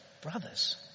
brothers